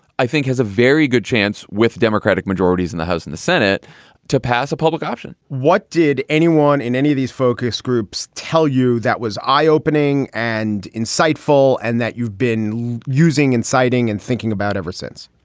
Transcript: i think has a very good chance with democratic majorities in the house and the senate to pass a public option what did anyone in any of these focus groups tell you that was eye-opening and insightful and that you've been using, inciting and thinking about ever since?